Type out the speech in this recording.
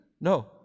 No